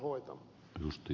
arvoisa puhemies